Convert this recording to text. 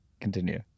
Continue